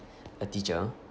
a teacher